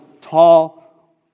tall